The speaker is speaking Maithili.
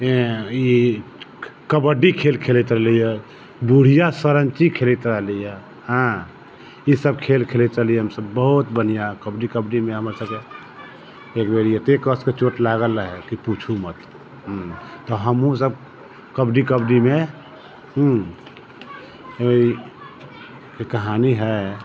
ई कबड्डी खेल खेलैत रहलियै बुढ़िया सरनकी खेलैत रहलियै हँ ई सभ खेल खेलैत रहलियै हमसभ बहुत बनहिया कबड्डी कबड्डीमे हमरसभके एक बेरी एतेक कसिके चोट लागल रहए कि पूछू मत ह्मम तऽ हमहूँसभ कबड्डी कबड्डीमे ह्मम एक कहानी है